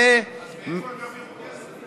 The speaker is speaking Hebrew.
אז מאיפה הם ירוויחו כסף?